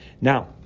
Now